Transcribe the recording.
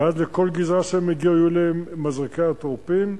ואז לכל גזרה שהם יגיעו אליהם, מזרקי האטרופין,